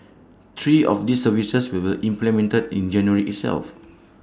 three of these services will be implemented in January itself